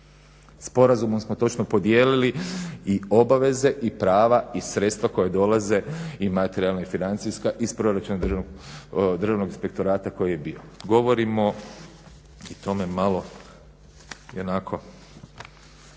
Sporazumom smo točno podijelili i obaveze i prava iz sredstava koja dolaze i materijalna i financijska iz Proračuna Državnog inspektorata koji je bio. Govorenje o tome me je malo